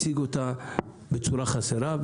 מציג אותה בצורה חסרה.